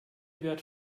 wird